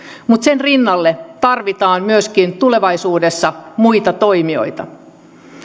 mutta sen rinnalle tarvitaan tulevaisuudessa myöskin muita toimijoita